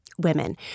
women